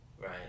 right